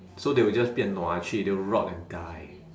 so they will just 变 nua actually they'll rot and die